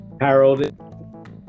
Harold